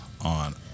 on